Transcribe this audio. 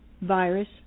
virus